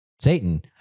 Satan